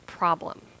problem